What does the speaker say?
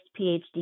PhD